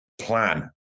plan